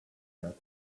that